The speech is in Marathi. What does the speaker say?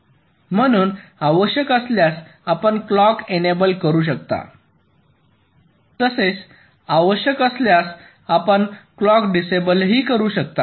म्हणून आवश्यक असल्यास आपण क्लॉक एनेबल करू शकता तसेच आवश्यक असल्यास आपण क्लॉक डिसेबल करू शकता